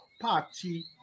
party